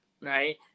right